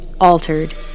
altered